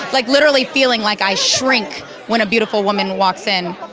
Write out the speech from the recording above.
like literally feeling like i shrink when a beautiful woman walks in.